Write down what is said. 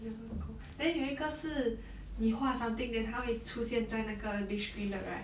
never go then 有一个是你画 something then 他会出现在那个 big screen 的 right